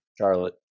Charlotte